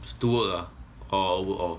to work orh work orh work